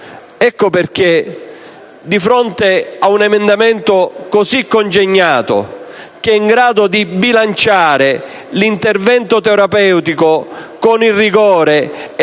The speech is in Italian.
custodia. Di fronte a un emendamento così congegnato, che è in grado di bilanciare l'intervento terapeutico con il rigore e